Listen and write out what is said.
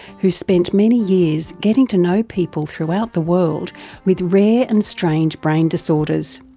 who spent many years getting to know people throughout the world with rare and strange brain disorders.